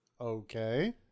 Okay